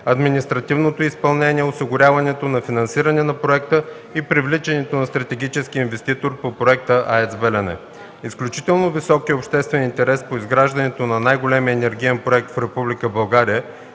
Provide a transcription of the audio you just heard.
административното изпълнение, осигуряването на финансиране на проекта и привличането на стратегически инвеститор по проекта „АЕЦ „Белене”. Изключително високият обществен интерес по изграждането на най-големия енергиен проект в